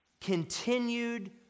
continued